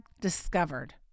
discovered